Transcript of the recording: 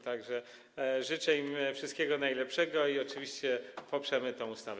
Tak że życzę im wszystkiego najlepszego i oczywiście poprzemy tę ustawę.